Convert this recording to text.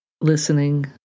listening